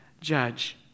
judge